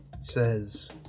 says